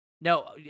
No